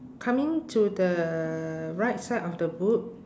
coming to the right side of the boot